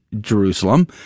Jerusalem